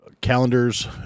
calendars